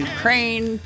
Ukraine